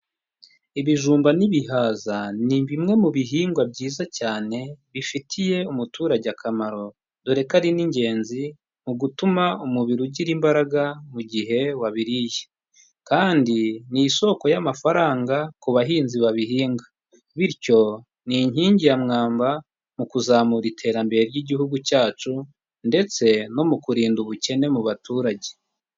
Ibijumba n'ibihaza ni bimwe mu bihingwa byiza cyane bifitiye umuturage akamaro dore ko ari n'ingenzi mu gutuma umubiri ugira imbaraga mu gihe wabiriye kandi ni isoko y'amafaranga ku bahinzi babihinga, bityo ni inkingi ya mwamba mu kuzamura iterambere ry'igihugu cyacu ndetse no mu kurinda ubukene mu baturage.